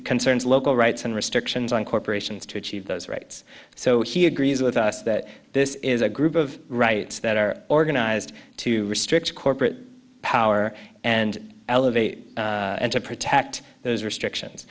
concerns local rights and restrictions on corporations to achieve those rights so he agrees with us that this is a group of rights that are organized to restrict corporate power and elevate and to protect those restrictions